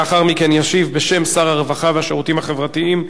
לאחר מכן ישיב בשם שר הרווחה והשירותים החברתיים,